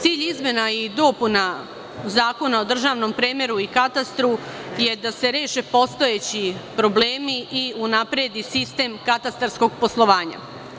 Cilj izmena i dopuna Zakona o državnom premeru i katastru je da se reše postojeći problemi i unapredi sistem katastarskog poslovanja.